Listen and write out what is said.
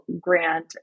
grant